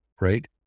right